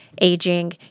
aging